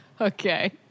Okay